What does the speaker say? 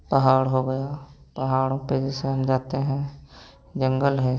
पहाड़ हो गया पहाड़ों पे जैसे हम जाते हैं जंगल है